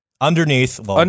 underneath